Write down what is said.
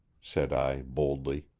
said i boldly.